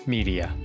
Media